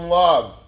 love